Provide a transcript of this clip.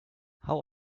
how